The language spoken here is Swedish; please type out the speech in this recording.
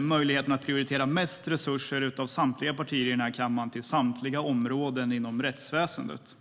möjlighet att prioritera mest resurser av samtliga partier tillsammans i den här kammaren till samtliga områden inom rättsväsendet.